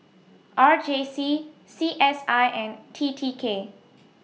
R J C C S I and T T K